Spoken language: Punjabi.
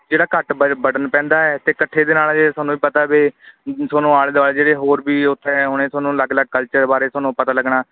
ਜਿਹੜਾ ਘੱਟ ਬਡਨ ਪੈਂਦਾ ਹੈ ਅਤੇ ਇਕੱਠੇ ਦੇ ਨਾਲ ਇਹ ਤੁਹਾਨੂੰ ਵੀ ਪਤਾ ਵੇ ਤੁਹਾਨੂੰ ਆਲੇ ਦੁਆਲੇ ਜਿਹੜੇ ਹੋਰ ਵੀ ਉੱਥੇ ਹੋਣੇ ਤੁਹਾਨੂੰ ਅਲੱਗ ਅਲੱਗ ਕਲਚਰ ਬਾਰੇ ਤੁਹਾਨੂੰ ਪਤਾ ਲੱਗਣਾ